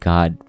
God